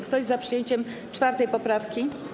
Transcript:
Kto jest za przyjęciem 4. poprawki?